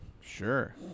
Sure